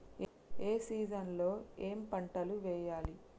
ఏ season లో ఏం పంటలు వెయ్యాలి?